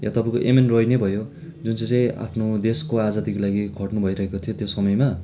या तपाईँको एमएन रोय नै भयो जुन चाहिँ चाहिँ आफ्नो देशको आजादीको लागि खट्नु भइरहेको थियो त्यो समयमा